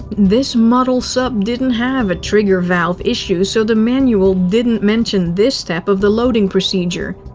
this model sub didn't have a trigger valve issue, so the manual didn't mention this step of the loading procedure.